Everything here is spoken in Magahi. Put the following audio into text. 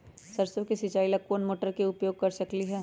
सरसों के सिचाई ला कोंन मोटर के उपयोग कर सकली ह?